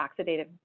oxidative